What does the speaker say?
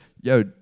yo